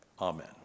Amen